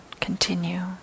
continue